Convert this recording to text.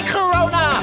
Corona